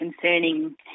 concerning